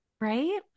Right